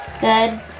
Good